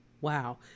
Wow